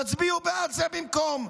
תצביעו בעד זה במקום.